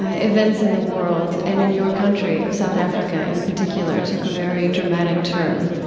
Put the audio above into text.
ah events in the world and in your country of south africa, in particular, took a very dramatic turn,